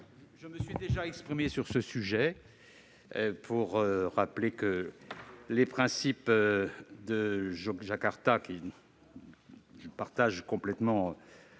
Je me suis déjà exprimé sur ce sujet pour rappeler que les principes de Yogyakarta, dont je partage complètement